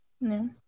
No